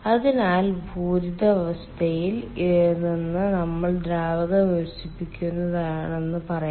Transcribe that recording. അതിനാൽ പൂരിത അവസ്ഥയിൽ നിന്ന് നമ്മൾ ദ്രാവകം വികസിപ്പിക്കുകയാണെന്ന് പറയാം